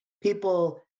people